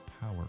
power